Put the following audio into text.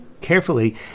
carefully